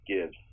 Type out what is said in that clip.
gives